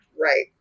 Right